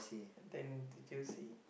then the jersey